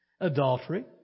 Adultery